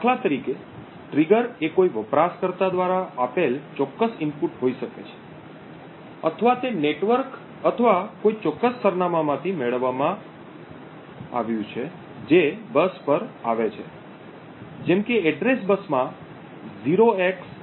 દાખલા તરીકે ટ્રિગર એ કોઈ વપરાશકર્તા દ્વારા આપેલ ચોક્કસ ઇનપુટ હોઈ શકે છે અથવા તે નેટવર્ક અથવા કોઈ ચોક્કસ સરનામાંમાંથી મેળવવામાં આવ્યું છે જે busબસ પર આવે છે જેમ કે એડ્રેસ બસ માં 0xdeadbeef છે